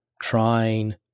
trying